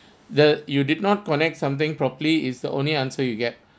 the you did not connect something properly is the only answer you get